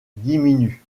diminue